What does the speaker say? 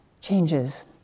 changes